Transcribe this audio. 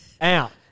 out